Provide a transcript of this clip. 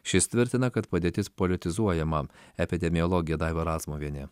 šis tvirtina kad padėtis politizuojama epidemiologė daiva razmuvienė